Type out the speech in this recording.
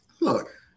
Look